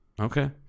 Okay